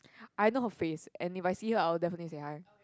I know her face and if I see her I would definitely say hi